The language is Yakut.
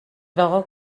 бөҕө